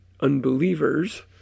unbelievers